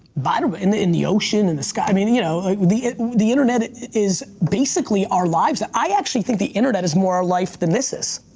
but in the in the ocean, in the sky. i mean the you know the internet is basically our lives. i actually think the internet is more our life than this is.